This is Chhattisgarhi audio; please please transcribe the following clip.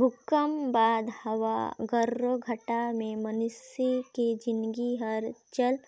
भूकंप बाद हवा गर्राघाटा मे मइनसे के जिनगी हर चल